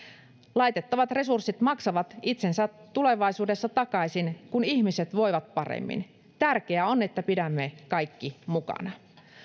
laitettavat resurssit maksavat itsensä tulevaisuudessa takaisin kun ihmiset voivat paremmin tärkeää on että pidämme kaikki mukana